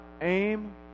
aim